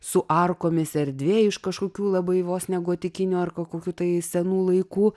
su arkomis erdvė iš kažkokių labai vos ne gotikinių ar ko kokių tai senų laikų